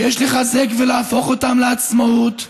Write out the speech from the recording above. שיש לחזק ולהפוך אותן לעצמאיות.